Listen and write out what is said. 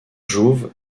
jouve